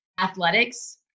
athletics